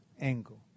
angle